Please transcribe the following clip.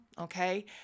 okay